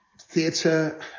theatre